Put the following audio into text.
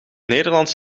nederlands